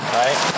right